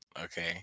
Okay